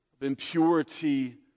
impurity